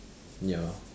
ya